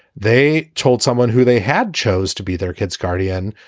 they told someone who they had chose to be their kid's guardian,